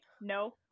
No